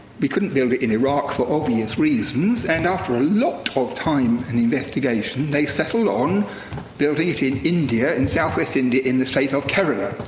we couldn't build it in iraq for obvious reasons, and after a lot of time and investigation, they settled on builting it in india, in southwest india, in the state of kerala.